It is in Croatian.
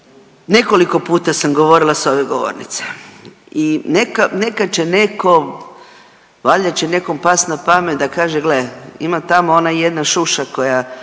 Nekoliko puta sam govorila s ove govornice i nekad će neko, valjda će nekom past na pamet da kaže gle ima tamo ona jedna šuša koja